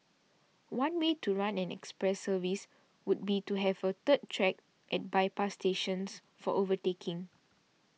one way to run an express service would be to have a third track at bypass stations for overtaking